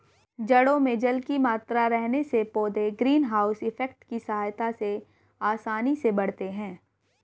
जड़ों में जल की मात्रा रहने से पौधे ग्रीन हाउस इफेक्ट की सहायता से आसानी से बढ़ते हैं